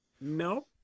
nope